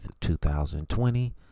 2020